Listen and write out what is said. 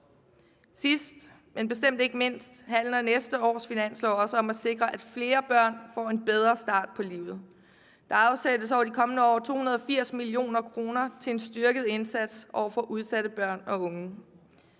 Sidst, men bestemt ikke mindst, handler næste års finanslov også om at sikre, at flere børn får en bedre start på livet. Der afsættes over de kommende år over 280 mio. kr. til en styrket indsats over for udsatte børn og unge.